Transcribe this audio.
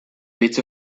bits